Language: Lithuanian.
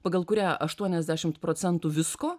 pagal kurią aštuoniasdešimt procentų visko